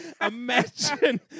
Imagine